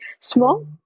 small